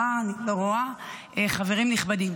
או השרה, אני לא רואה, חברים נכבדים.